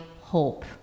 hope